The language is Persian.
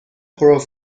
پرو